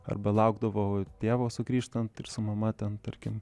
arba laukdavo tėvo sugrįžtant ir su mama ten tarkim